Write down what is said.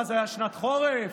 זו הייתה שנת חורף?